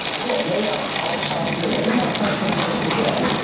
cool, maybe i'll i'll stop here. any more questions for today?